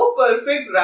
perfect